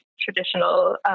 traditional